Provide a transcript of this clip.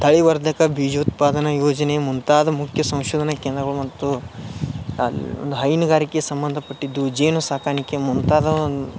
ತಳಿವರ್ಧಕ ಬೀಜೋತ್ಪಾದನ ಯೋಜನೆ ಮುಂತಾದ ಮುಖ್ಯ ಸಂಶೋಧನ ಕೇಂದ್ರಗಳು ಮತ್ತು ಒಂದು ಹೈನುಗಾರಿಕೆಯ ಸಂಬಂಧಪಟ್ಟಿದ್ದು ಜೇನು ಸಾಕಾಣಿಕೆ ಮುಂತಾದ ಒಂದು